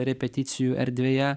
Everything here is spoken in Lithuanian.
repeticijų erdvėje